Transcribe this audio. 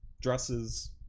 dresses